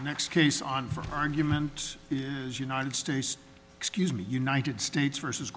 next case on for argument is united states excuse me united states versus